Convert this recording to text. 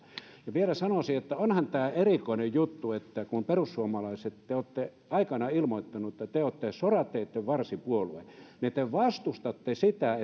vielä sanoisin että onhan tämä erikoinen juttu että kun te perussuomalaiset olette aikoinaan ilmoittaneet että te olette sorateittenvarsipuolue niin te vastustatte sitä